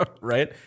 Right